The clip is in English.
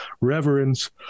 reverence